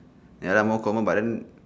ya lah more common but then